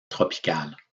tropicales